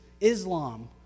Islam